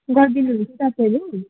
गरिदिनु हुन्छ तपाईँहरू